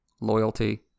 loyalty